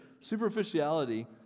superficiality